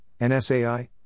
NSAI